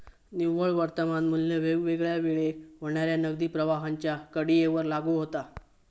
निव्वळ वर्तमान मू्ल्य वेगवेगळ्या वेळेक होणाऱ्या नगदी प्रवाहांच्या कडीयेवर लागू होता